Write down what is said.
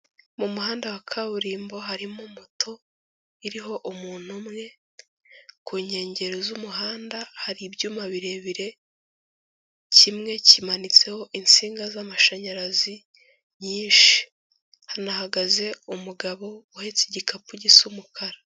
Mu muhanda wa kaburimbo harimo moto iriho umuntu umwe, ku nkengero z'umuhanda hari ibyuma birebire kimwe kimanitseho insinga z'amashanyarazi nyinshi, hanahagaze umugabo uhetse igikapu gisa umukara.